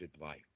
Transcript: life